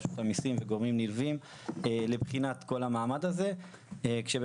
רשות המיסים וגורמים נלווים לבחינת כל המעמד הזה כשעומדים